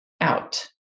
out